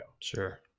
Sure